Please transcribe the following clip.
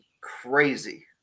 crazy